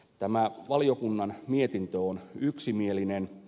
tämä valiokunnan mietintö on yksimielinen